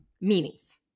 meanings